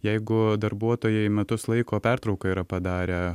jeigu darbuotojai metus laiko pertrauka yra padarę